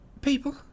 People